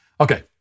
Okay